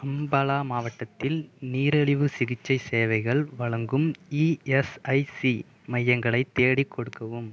அம்பாலா மாவட்டத்தில் நீரிழிவுச் சிகிச்சை சேவைகள் வழங்கும் இஎஸ்ஐசி மையங்களைத் தேடிக் கொடுக்கவும்